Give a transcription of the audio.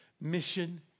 mission